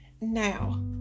now